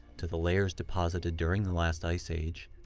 to the layers deposited during the last ice age,